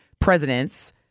presidents